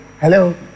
hello